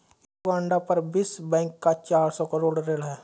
Uganda पर विश्व bank का चार सौ करोड़ ऋण है